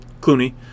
Clooney